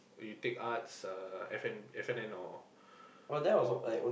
you take arts uh F and F-and-N or or